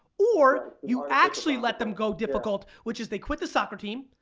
or, you actually let them go difficult. which is they quit the soccer team,